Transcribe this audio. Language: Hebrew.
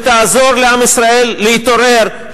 ותעזור לעם ישראל להתעורר,